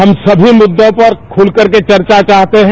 हम सभी मुद्दों पर खुलकर चर्चा चाहते हैं